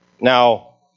Now